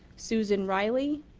susan riley,